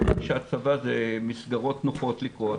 כיוון שהצבא זה מסגרות נוחות לקרוא,